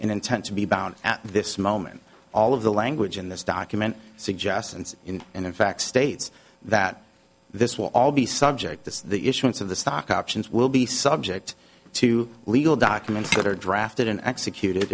intent to be bound at this moment all of the language in this document suggests and in and in fact states that this will all be subject to the issuance of the stock options will be subject to legal documents that are drafted in executed